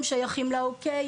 הם שייכים ל-OK,